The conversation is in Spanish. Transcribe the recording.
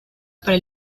para